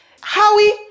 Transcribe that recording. Howie